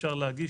שאפשר להגיש.